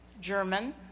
German